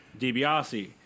DiBiase